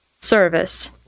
service